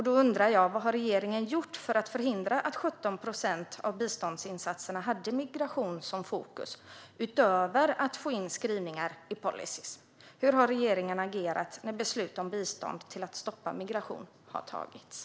Då undrar jag: Vad har regeringen gjort för att förhindra att 17 procent av biståndsinsatserna hade migration som fokus, utöver att få in skrivningar i policyer? Hur har regeringen agerat när beslut om bistånd till att stoppa migration har fattats?